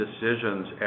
decisions